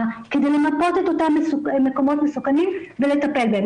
כדי למפות את אותם מקומות מסוכנים ולטפל בהם.